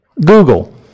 Google